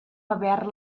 haver